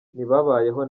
ntibabayeho